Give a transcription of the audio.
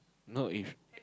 no if